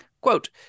quote